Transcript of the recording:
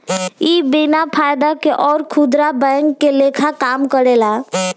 इ बिन फायदा के अउर खुदरा बैंक के लेखा काम करेला